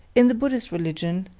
in the buddhist religion,